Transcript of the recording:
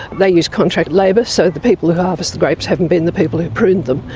they use contract labour. so the people who harvest the grapes haven't been the people who pruned them.